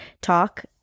talk